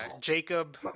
Jacob